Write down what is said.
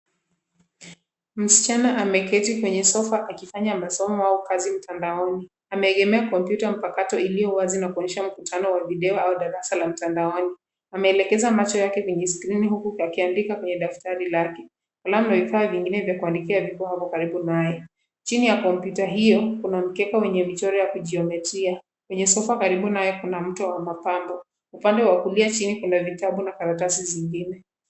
Msichana ameketi kwenye sofa akifanya masomo au kazi mtandaoni. Ameegemea kompyuta mpakato iliyo wazi na kuonyesha mkutano wa video au darasa la mtandaoni. Ameelekeza macho yake kwenye [skrini huku akiandika kwenye daftari lake. Kalamu na vifaa vingine vya kuandikia vipo hapo karibu naye. Chini ya kompyuta hiyo kuna mkeka wenye michoro ya kijiometria. Kwenye sofa karibu naye kuna mto wa mapambo. Upande wa kulia chini kuna vitabu na karatasi zingine.